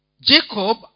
Jacob